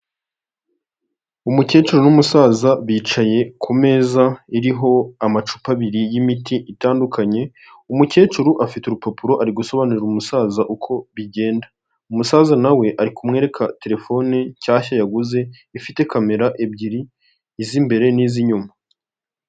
Umukecuru n'umusaza, bicaye ku meza iriho amacupa abiri y'imiti itandukanye, umukecuru afite urupapuro ari gusobanurira umusaza uko bigenda. Umusaza na we ari kumwereka telefoni nshyashya yaguze, ifite kamera ebyiri, iz'imbere n'iz'inyuma.